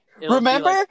Remember